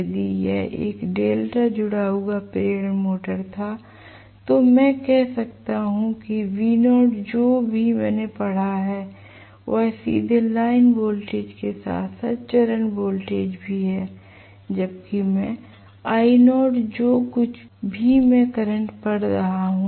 यदि यह एक डेल्टा जुड़ा हुआ प्रेरण मोटर था तो मैं कह सकता हूं V0 जो भी मैंने पढ़ा है वह सीधे लाइन वोल्टेज के साथ साथ चरण वोल्टेज भी है जबकि मैं I0 जो कुछ भी मैं करंट पढ़ रहा हूं